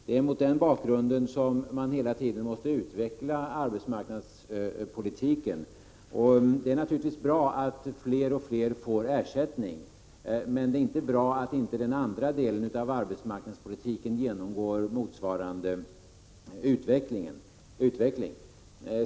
Det är mot den bakgrunden som man hela tiden måste utveckla arbetsmarknadspolitiken. Det är naturligtvis bra att fler och fler får arbetslöshetsersättning, men det är inte bra att inte den andra delen av arbetsmarknadspolitiken genomgår motsvarande utveckling.